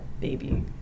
baby